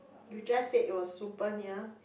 you just said it was super near